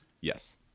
Yes